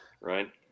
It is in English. Right